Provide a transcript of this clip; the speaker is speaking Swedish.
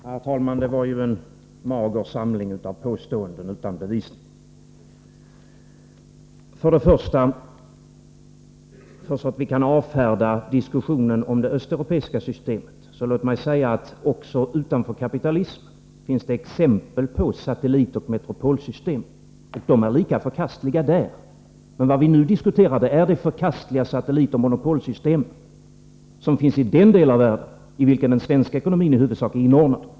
Herr talman! Det här var ju en mager samling av påståenden utan bevisning. Låt mig först säga, så att vi kan avfärda diskussionen om det östeuropeiska systemet, att det också utanför kapitalismen finns exempel på satellitoch metropolsystem. De är lika förkastliga där. Men vad vi nu diskuterar är det förkastliga satellitoch metropolsystem som finns i den del av världen i vilken den svenska ekonomin i huvudsak är inordnad.